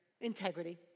Integrity